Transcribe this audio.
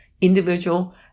individual